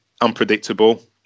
unpredictable